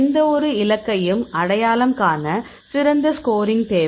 எந்தவொரு இலக்கையும் அடையாளம் காண சிறந்த ஸ்கோரிங் தேவை